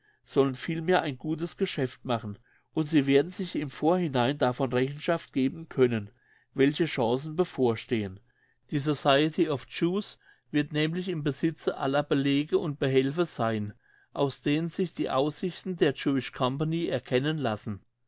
sollen vielmehr ein gutes geschäft machen und sie werden sich im vorhinein davon rechenschaft geben können welche chancen bevorstehen die society of jews wird nämlich im besitze aller belege und behelfe sein aus denen sich die aussichten der jewish company erkennen lassen